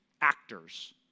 actors